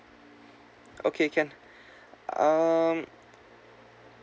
okay can um